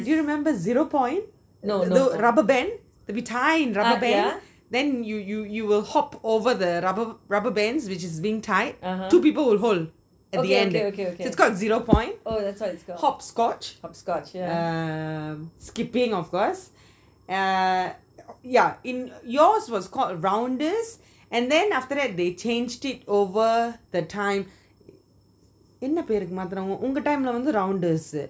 yeah do you remember zero point rubber band they be tying rubber band then you you you will hop over the rubber rubber bands which is being tied two people will hold at the end it's called zero point hopscotch um skipping of course uh yeah yours was called rounders and then after that they changed it over the time என்ன பெரு மாத்துங்க உங்க:enna peru maathunanga unga time lah வந்து:vanthu rounders